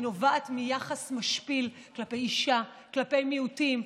היא נובעת מיחס משפיל כלפי אישה, כלפי מיעוטים.